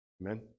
Amen